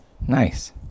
nice